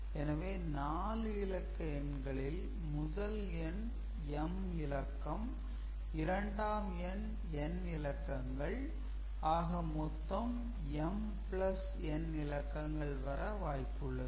எனவே 4 இலக்க எண்களில் முதல் எண் m இலக்கம் இரண்டாம் எண் n இலக்கங்கள் ஆக மொத்தம் mn இலக்கங்கள் வர வாய்ப்பு உள்ளது